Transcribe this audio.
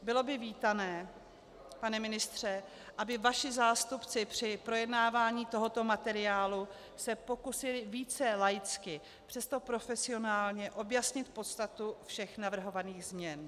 Bylo by vítané, pane ministře, aby vaši zástupci při projednávání tohoto materiálu se pokusili více laicky, přesto profesionálně, objasnit podstatu všech navrhovaných změn.